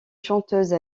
chanteuse